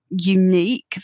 unique